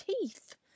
teeth